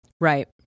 Right